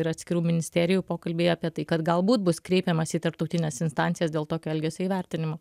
ir atskirų ministerijų pokalbiai apie tai kad galbūt bus kreipiamasi į tarptautines instancijas dėl tokio elgesio įvertinimo